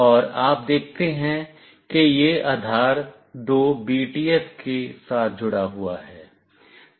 और आप देखते हैं कि यह आधार दो BTS के साथ जुड़ा हुआ है